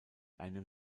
einem